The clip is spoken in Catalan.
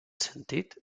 sentit